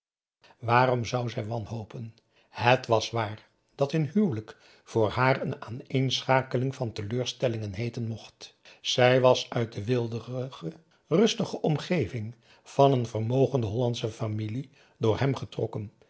waarom zou zij wanhopen het was waar dat hun huwelijk voor haar een aaneenschakeling van teleurstellingen heeten mocht zij was uit de weelderige rustige omgeving van een vermogende hollandsche familie door hem getrokken